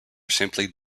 simply